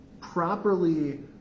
properly